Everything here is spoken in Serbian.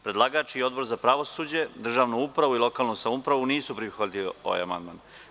Predlagač i Odbor za pravosuđe, državnu upravu i lokalnu samoupravu nisu prihvatili amandman.